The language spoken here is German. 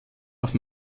auf